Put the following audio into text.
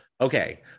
Okay